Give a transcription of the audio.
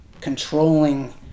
controlling